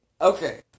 Okay